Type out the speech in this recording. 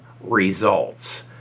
results